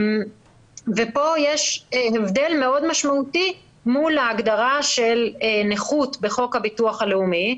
יש פה הבדל מאוד משמעותי מול ההגדרה של נכות בחוק הביטוח הלאומי,